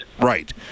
right